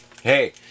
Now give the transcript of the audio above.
hey